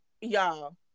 y'all